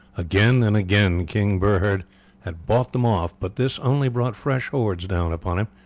again and again king burhred had bought them off, but this only brought fresh hordes down upon him,